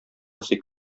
ясый